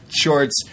shorts